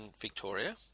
Victoria